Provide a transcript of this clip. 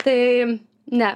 tai ne